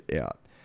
out